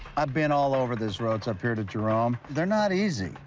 i been all over this road up here to jerome. they're not easy.